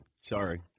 sorry